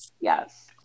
yes